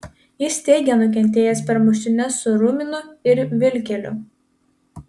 jis teigė nukentėjęs per muštynes su ruminu ir vilkeliu